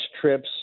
trips